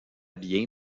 bien